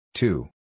Two